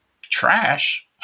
trash